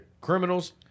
criminals